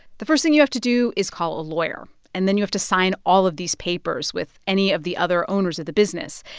the first thing you have to do is call a lawyer, and then you have to sign all of these papers with any of the other owners of the business.